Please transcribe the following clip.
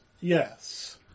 yes